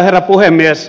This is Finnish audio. herra puhemies